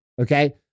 okay